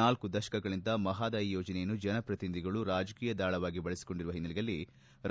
ನಾಲ್ಕು ದಶಕದಿಂದ ಮಹಾದಾಯಿ ಯೋಜನೆಯನ್ನು ಜನಪ್ರತಿನಿಧಿಗಳು ರಾಜಕೀಯ ದಾಳವಾಗಿ ಬಳಸಿಕೊಂಡಿರುವ ಹಿನ್ನೆಲೆಯಲ್ಲಿ